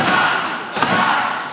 שקט.